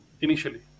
initially